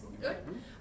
Good